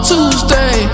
Tuesday